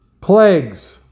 plagues